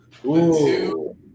Two